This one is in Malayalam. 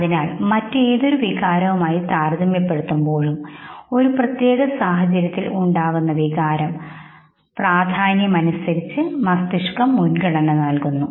അതിനാൽ മറ്റേതൊരു വികാരവുമായി താരതമ്യപ്പെടുത്തുമ്പോഴും ഒരു പ്രതേക സാഹചര്യത്തിൽ ഉണ്ടാകുന്ന വികാരം പ്രാധാന്യം അനുസരിച്ചു മസ്തിഷ്കം മുൻഗണന നൽകുന്നു